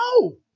No